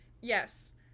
Yes